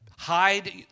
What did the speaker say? hide